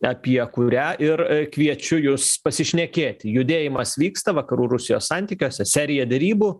apie kurią ir kviečiu jus pasišnekėti judėjimas vyksta vakarų rusijos santykiuose serija derybų